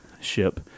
ship